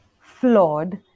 flawed